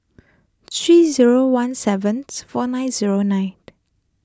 three zero one seven four nine zero nine